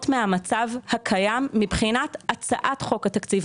מהמצב הקיים מבחינת הצעת חוק התקציב,